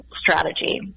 strategy